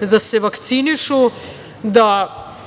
da se vakcinišu, da